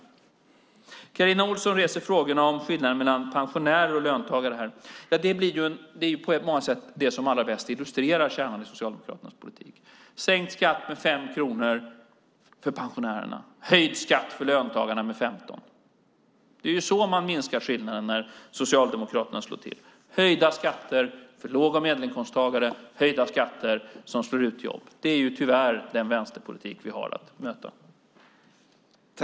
Carina Ohlsson reser frågorna om skillnaden mellan pensionärer och löntagare. Det är på många sätt det som allra bäst illustrerar kärnan i Socialdemokraternas politik - sänkt skatt med 5 kronor för pensionärerna och höjd skatt med 15 kronor för löntagarna! Det är så man minskar skillnaden när Socialdemokraterna slår till. Det blir höjda skatter för låg och medelinkomsttagare och höjda skatter som slår ut jobb. Det är tyvärr den vänsterpolitik vi har att möta.